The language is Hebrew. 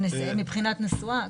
מבחינת נסועה.